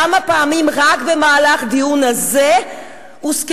כמה פעמים רק במהלך הדיון הזה הוזכרו